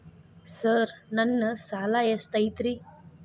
Sir ನನ್ನ ಸಾಲಾ ಎಷ್ಟು ಐತ್ರಿ?